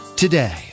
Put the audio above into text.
Today